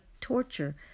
torture